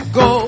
go